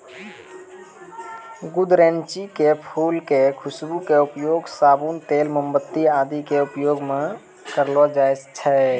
गुदरैंची के फूल के खुशबू के उपयोग साबुन, तेल, मोमबत्ती आदि के उपयोग मं करलो जाय छै